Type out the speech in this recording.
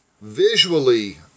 visually